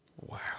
wow